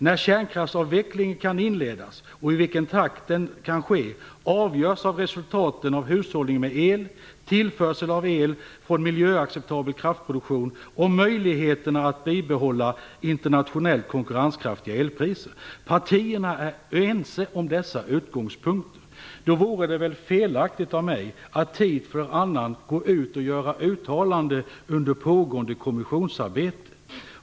När kärnkraftsavvecklingen kan inledas och i vilken takt den kan ske avgörs av resultaten av hushållningen med el, tillförsel av el från miljöacceptabel kraftproduktion och möjligheterna att bibehålla internationellt konkurrenskraftiga elpriser. Partierna är ense om dessa utgångspunkter. Då vore det väl felaktigt av mig att tid efter annan gå ut och göra uttalanden under pågående kommissionsarbete.